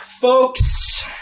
Folks